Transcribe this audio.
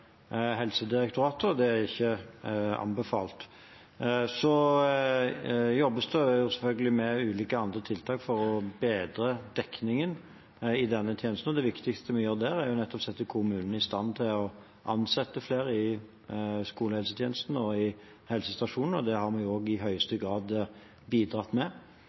Helsedirektoratet og er ikke anbefalt. Så jobbes det selvfølgelig med ulike andre tiltak for å bedre dekningen i denne tjenesten. Det viktigste vi gjør der, er nettopp å sette kommunene i stand til å ansette flere i skolehelsetjenesten og på helsestasjonene. Det har vi også i høyeste grad bidratt